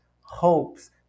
hopes